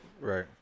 Right